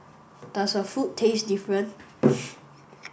does her food taste different